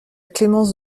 clémence